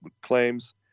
claims